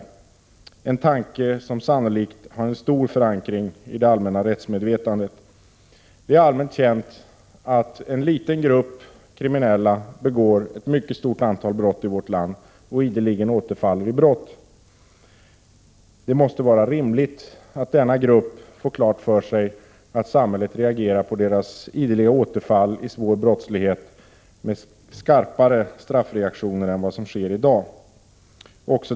Det är en tanke som sannolikt har stor förankring i det allmänna rättsmedvetandet. Det är allmänt känt att en liten grupp kriminella ideligen återfaller i brott och begår ett mycket stort antal brott i vårt land. Det måste vara rimligt att denna grupp får klart för sig att samhället reagerar på dess ideliga återfall i svår brottslighet med skarpare straffreaktioner än som sker i dag.